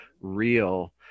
real